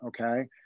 okay